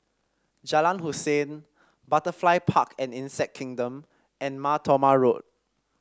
Jalan Hussein Butterfly Park and Insect Kingdom and Mar Thoma Road